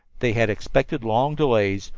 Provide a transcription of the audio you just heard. they had expected long delays,